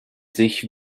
sich